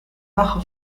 bajo